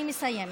אני מסיימת.